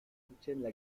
soutiennent